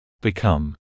become